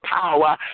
power